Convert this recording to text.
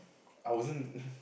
I wasn't